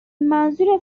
منظور